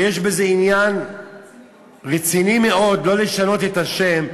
ויש בזה עניין רציני מאוד לא לשנות את השם,